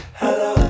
hello